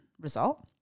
result